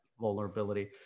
vulnerability